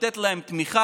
ולתת להם תמיכה,